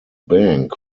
bank